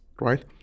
right